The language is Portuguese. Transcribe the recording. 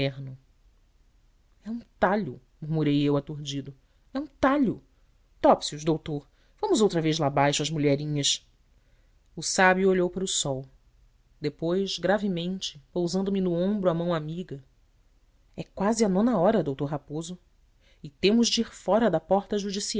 é um talho murmurei eu aturdido é um talho topsius doutor vamos outra vez lá baixo às mulherinhas o sábio olhou para o sol depois gravemente pousando me no ombro a mão amiga é quase a nona hora d raposo e temos de ir fora da porta